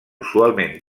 usualment